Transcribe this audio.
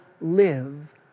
live